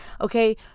Okay